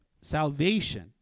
salvation